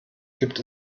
gibt